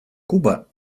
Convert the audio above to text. куба